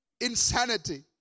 insanity